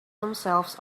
themselves